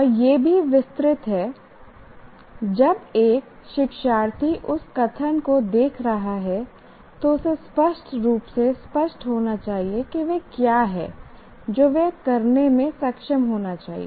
और यह भी विस्तृत है जब एक शिक्षार्थी उस कथन को देख रहा है तो उसे स्पष्ट रूप से स्पष्ट होना चाहिए कि वह क्या है जो वह करने में सक्षम होना चाहिए